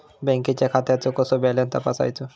बँकेच्या खात्याचो कसो बॅलन्स तपासायचो?